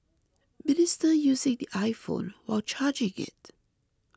minister using the iPhone while charging it